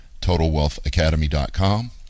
TotalWealthAcademy.com